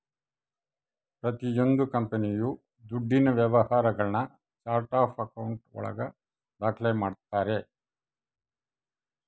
ಪ್ರತಿಯೊಂದು ಕಂಪನಿಯು ದುಡ್ಡಿನ ವ್ಯವಹಾರಗುಳ್ನ ಚಾರ್ಟ್ ಆಫ್ ಆಕೌಂಟ್ ಒಳಗ ದಾಖ್ಲೆ ಮಾಡ್ತಾರೆ